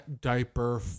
diaper